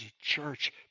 church